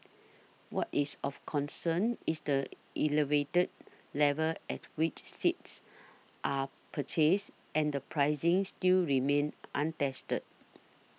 what is of concern is the elevated level at which seats are purchased and the pricing still remains untested